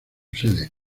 sede